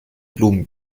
blumen